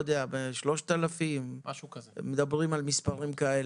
3,000 איש לערך,